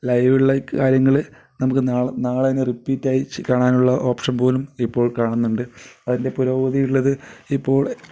ലൈവുള്ള കാര്യങ്ങൾ നമുക്ക് നാളെ നാളെ തന്നെ റിപ്പീറ്റായി കാണാനുള്ള ഓപ്ഷൻ പോലും ഇപ്പോൾ കാണുന്നുണ്ട് അതിൻ്റെ പുരോഗതി ഉള്ളത് ഇപ്പോൾ